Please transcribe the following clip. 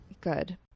Good